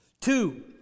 Two